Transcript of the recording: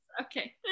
Okay